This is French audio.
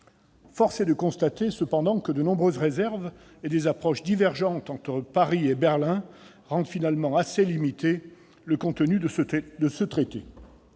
Force est de constater cependant que de nombreuses réserves et des approches divergentes entre Paris et Berlin rendent finalement assez limité le contenu de ce traité.